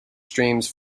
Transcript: streams